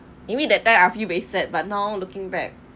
you mean that time I feel very sad but now looking back